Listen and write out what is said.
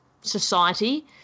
society